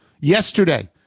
Yesterday